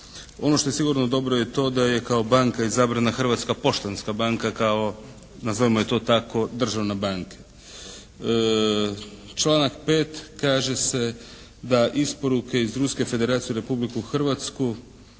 Ono što je sigurno dobro je to da je kao banka izabrana Hrvatska poštanska banka kao nazovimo je to tako državne banke. Članak 5. kaže se da isporuke iz Ruske federacije u Republiku Hrvatsku